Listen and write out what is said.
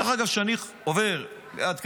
דרך אגב, כשאני עובר ליד כנסייה,